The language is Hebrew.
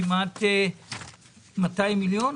כמעט 200 מיליון.